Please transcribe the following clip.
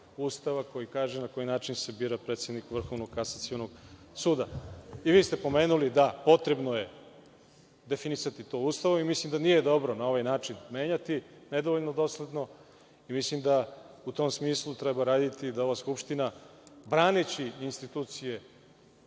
Ustava, koji kaže na koji način se bira predsednik Vrhovnog kasacionog suda. I vi ste pomenuli da, potrebno je, definisati to Ustavom i mislim da nije dobro na ovaj način menjati, nedovoljno dosledno i mislim da, u tom smislu, treba raditi da ova Skupština, braneći institucije